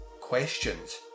questions